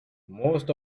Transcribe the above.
most